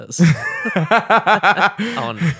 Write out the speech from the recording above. On